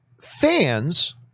fans